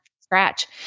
scratch